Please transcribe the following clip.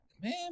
Man